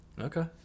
Okay